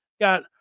got